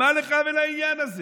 מה לך ולעניין הזה?